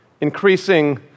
increasing